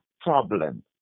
problem